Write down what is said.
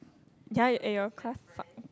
ya eh your class suck